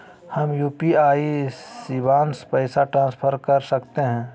हम यू.पी.आई शिवांश पैसा ट्रांसफर कर सकते हैं?